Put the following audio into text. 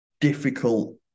difficult